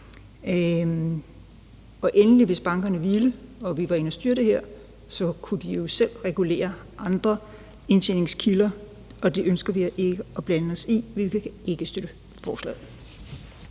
her, og bankerne også ville det, så kunne de jo selv regulere andre indtjeningsskilder. Og det ønsker vi ikke at blande os i, og vi kan ikke støtte forslaget.